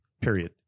period